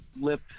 lip